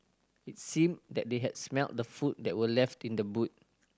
it seemed that they had smelt the food that were left in the boot